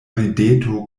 rideto